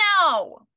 No